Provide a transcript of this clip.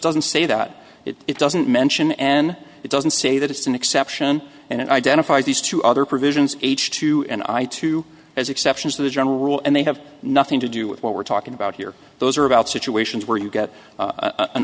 doesn't say that it doesn't mention n it doesn't say that it's an exception and it identifies these two other provisions h two and i two as exceptions to the general rule and they have nothing to do with what we're talking about here those are about situations where you